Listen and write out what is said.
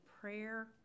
prayer